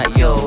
yo